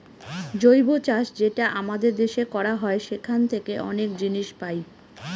জৈব চাষ যেটা আমাদের দেশে করা হয় সেখান থাকে অনেক জিনিস পাই